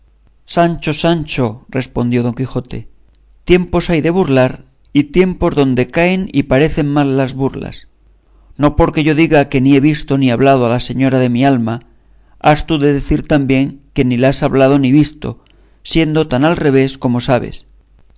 sancho sancho respondió don quijote tiempos hay de burlar y tiempos donde caen y parecen mal las burlas no porque yo diga que ni he visto ni hablado a la señora de mi alma has tú de decir también que ni la has hablado ni visto siendo tan al revés como sabes